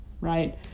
right